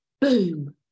boom